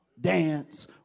dance